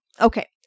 Okay